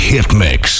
HitMix